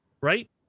right